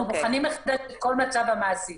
אנחנו בוחנים מחדש את כל מצב המעסיק.